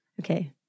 Okay